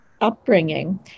upbringing